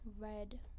red